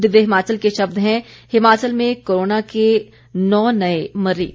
दिव्य हिमाचल के शब्द हैं हिमाचल में कोरोना के नौ नए मरीज